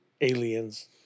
aliens